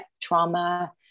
trauma